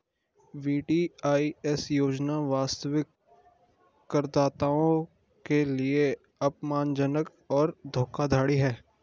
VDIS योजना वास्तविक करदाताओं के लिए अपमानजनक और धोखाधड़ी है